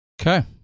Okay